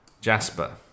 Jasper